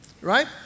Right